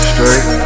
Straight